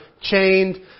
chained